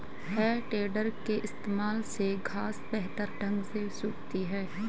है टेडर के इस्तेमाल से घांस बेहतर ढंग से सूखती है